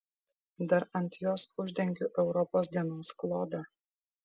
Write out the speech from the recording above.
dar ant jos uždengiu europos dienos klodą